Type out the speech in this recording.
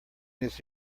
this